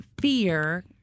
fear